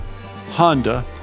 Honda